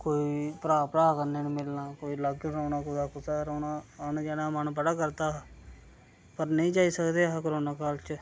कोई भ्राऽ भ्राऽ कन्नै नी मिलना कोई अलग्ग रौह्ना कोई कुदै रौह्ना आने जाने दा मन बड़ा करदा हा पर नेईं जाई सकदे हे कोरोना काल च